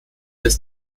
des